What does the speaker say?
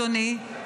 אדוני,